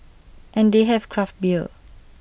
and they have craft beer